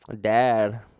dad